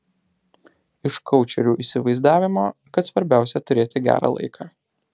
iš koučerių įsivaizdavimo kad svarbiausia turėti gerą laiką